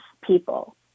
people